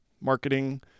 marketing